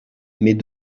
mais